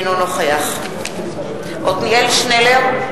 אינו נוכח עתניאל שנלר,